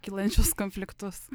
kylančius konfliktus